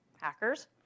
hackers